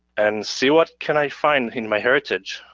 and see what can i find in myheritage.